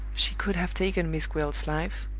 she could have taken miss gwilt's life,